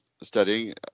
studying